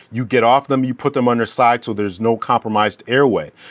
you get off them, you put them on your side so there's no compromised airway.